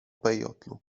peyotlu